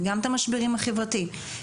וגם המשברים החברתיים,